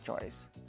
choice